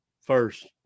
first